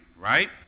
right